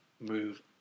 move